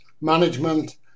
management